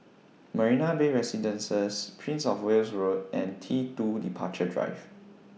Marina Bay Residences Prince of Wales Road and T two Departure Drive